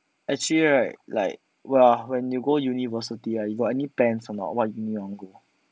actually right like !wah! when you go university right you got any plan or not what uni you want to go